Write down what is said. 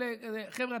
חבר'ה,